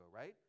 right